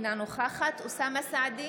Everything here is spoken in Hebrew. אינה נוכחת אוסאמה סעדי,